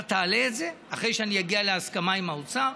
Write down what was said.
אתה תעלה את זה אחרי שאני אגיע להסכמה עם האוצר,